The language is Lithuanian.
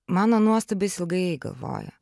mano nuostabai jis ilgai galvojo